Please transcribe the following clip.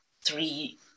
three